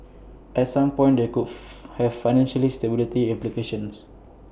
at some point they could have financially stability implications